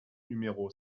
numéro